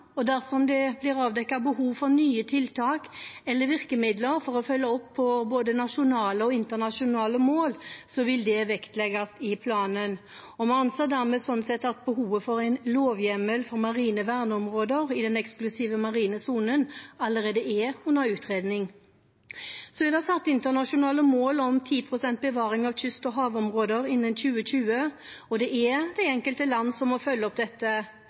og dersom det blir avdekket behov for nye tiltak eller virkemidler for å følge opp både nasjonale og internasjonale mål, vil det vektlegges i planen. Vi anser dermed at behovet for en lovhjemmel for marine verneområder i den eksklusive marine sonen allerede er under utredning. Så er det satt internasjonale mål om 10 pst. bevaring av kyst- og havområder innen 2020, og det er de enkelte land som må følge opp dette.